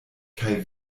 kaj